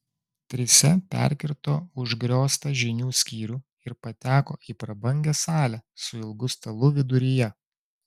trise perkirto užgrioztą žinių skyrių ir pateko į prabangią salę su ilgu stalu viduryje